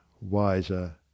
wiser